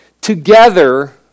Together